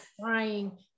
crying